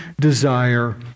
desire